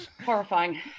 Horrifying